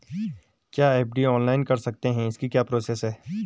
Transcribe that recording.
क्या FD online कर सकते हैं इसकी क्या प्रोसेस है?